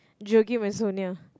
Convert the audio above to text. joking Masonia